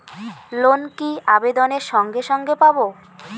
Loan কি আবেদনের সঙ্গে সঙ্গে পাব?